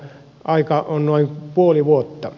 aika on noin puoli vuotta